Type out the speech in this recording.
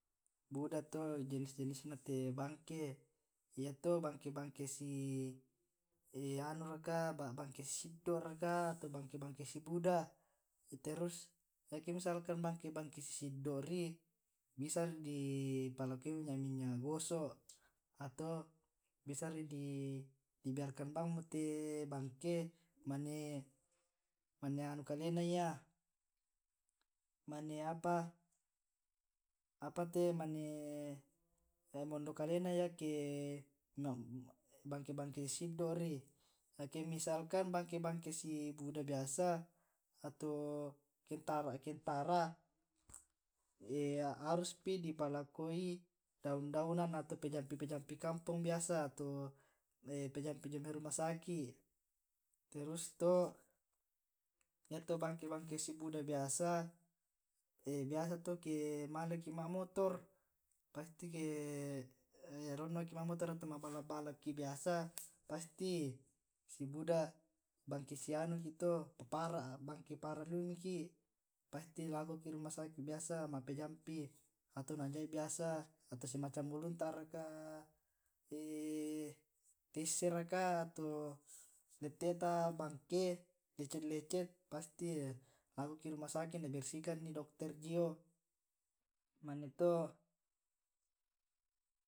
Buda to jenis jenis na te bangke, yato bangke bangke si anu raka bangke si siddo' raka atau bangke bangke sibuda. terus ake misalkan bangke bangke si siddo' ri bisa di palakoi minyak minyak gosok. Atau bisari di biarkan bammo te bangke mane mane anu kalena ya. Mane apa, apate mane mondo kalena ya ke bangke bangke si siddo'ri. ake misalkan bangke bangke sibuda biasa. atau Kentara kentara harus pi di palakoi daun daunan biasa atau pijampi pijampi kampong biasa atau pejampi jomai rumah sakit. Terus to yato bangke bangke sibuda biasa biasa to ke maleki ma' motor. Pasti ronnoki ma' motor atau ma' balap balap ki biasa pasti sibuda bangke sianuki to bangke parah liu miki pasti lakoki rumah sakit biasa ma' pijampi atau na jai' biasa atau semacam ulunta raka tesse raka atau leteta bangke lecet lecet pasti lakoki rumah sakit na dibersihkan i dokter jio.